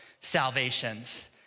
salvations